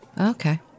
Okay